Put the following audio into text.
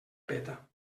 peta